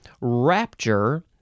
rapture